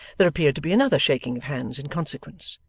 there appeared to be another shaking of hands in consequence,